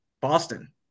Boston